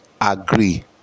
agree